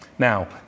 Now